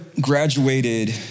graduated